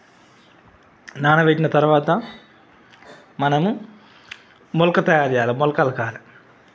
నానబెట్టిన తర్వాత మనము మొలక తయారు చేయాలి మొలక